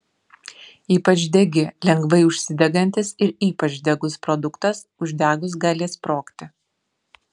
ypač degi lengvai užsidegantis ir ypač degus produktas uždegus gali sprogti